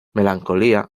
melancolía